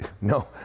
no